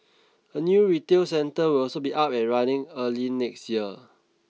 a new retail centre will also be up and running early next year